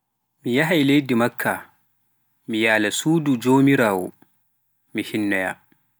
Mi yahai leidi Makka mi yaala suudu joomirawoo, mi hinna.